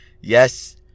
Yes